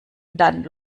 dann